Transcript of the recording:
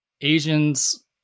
Asians